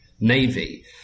Navy